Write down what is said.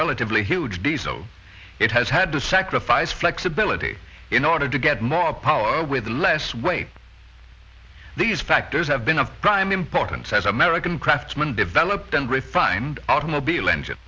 relatively huge diesel it has had to sacrifice flexibility in order to get more power with less weight these factors have been of prime importance as american craftsman developed and refined automobile engine